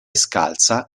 scalza